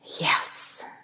Yes